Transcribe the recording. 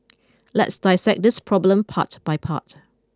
let's dissect this problem part by part